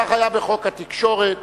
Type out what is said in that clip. כך היה בחוק התקשורת